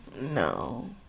no